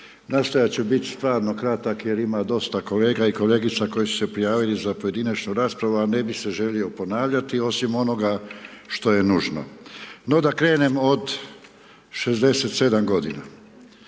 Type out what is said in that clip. Nastojat ću biti stvarno kratak jer ima dosta kolega i kolegica koje su se prijavili za pojedinačnu raspravu, a ne bi se želio ponavljati osim onoga što je nužno. No, da krenem od 67 godina.